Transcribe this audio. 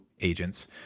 agents